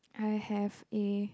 I have the